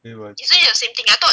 eh I